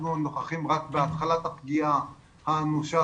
אנחנו נוכחים רק בהתחלת הפגיעה האנושה